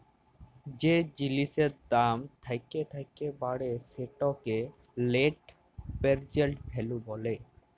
যে জিলিসের দাম থ্যাকে থ্যাকে বাড়ে সেটকে লেট্ পেরজেল্ট ভ্যালু ব্যলে